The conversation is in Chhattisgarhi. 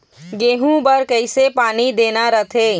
गेहूं बर कइसे पानी देना रथे?